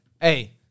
hey